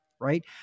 right